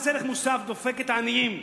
מס ערך מוסף דופק את העניים,